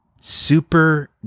super